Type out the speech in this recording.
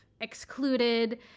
excluded